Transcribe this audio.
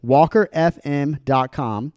WalkerFM.com